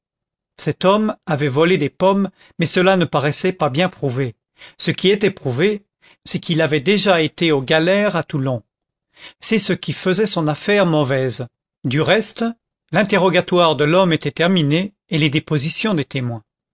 cet homme avait volé des pommes mais cela ne paraissait pas bien prouvé ce qui était prouvé c'est qu'il avait été déjà aux galères à toulon c'est ce qui faisait son affaire mauvaise du reste l'interrogatoire de l'homme était terminé et les dépositions des témoins